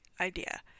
idea